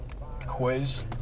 quiz